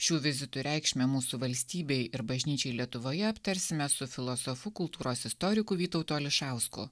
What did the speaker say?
šių vizitų reikšmę mūsų valstybei ir bažnyčiai lietuvoje aptarsime su filosofu kultūros istoriku vytautu ališausku